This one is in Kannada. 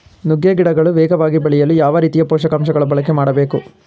ನುಗ್ಗೆ ಗಿಡಗಳು ವೇಗವಾಗಿ ಬೆಳೆಯಲು ಯಾವ ರೀತಿಯ ಪೋಷಕಾಂಶಗಳನ್ನು ಬಳಕೆ ಮಾಡಬೇಕು?